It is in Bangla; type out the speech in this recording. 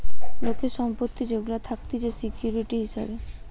লোকের সম্পত্তি যেগুলা থাকতিছে সিকিউরিটি হিসাবে